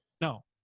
No